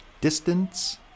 Distance